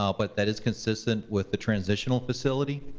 ah but that is consistent with the transitional facility,